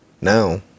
now